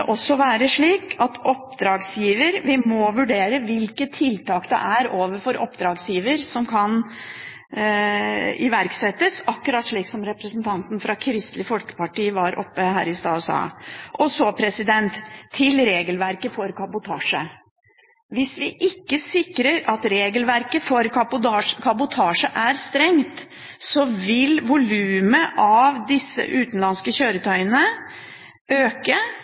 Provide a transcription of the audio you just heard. er som kan iverksettes, akkurat slik representanten fra Kristelig Folkeparti var oppe her i stad og sa. Så til regelverket for kabotasje: Hvis vi ikke sikrer at regelverket for kabotasje er strengt, vil volumet av disse utenlandske kjøretøyene øke.